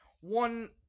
One